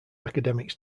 academics